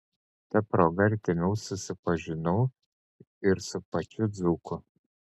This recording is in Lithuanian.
ta proga artimiau susipažinau ir su pačiu dzūku